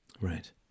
Right